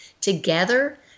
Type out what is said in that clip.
together